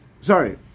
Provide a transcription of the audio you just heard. Sorry